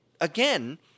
again